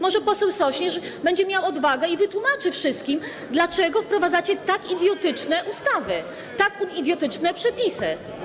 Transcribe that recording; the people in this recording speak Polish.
Może poseł Sośnierz będzie miał odwagę i wytłumaczy wszystkim, dlaczego wprowadzacie tak idiotyczne ustawy, takie idiotyczne przepisy.